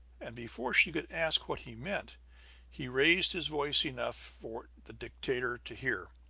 and before she could ask what he meant he raised his voice enough for the dictator to hear